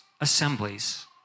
assemblies